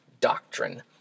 doctrine